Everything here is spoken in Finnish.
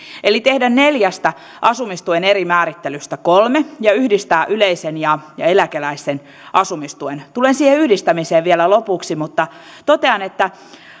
eli tehdä neljästä asumistuen eri määrittelystä kolme ja yhdistää yleisen ja ja eläkeläisten asumistuen tulen siihen yhdistämiseen vielä lopuksi mutta totean että